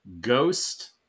Ghost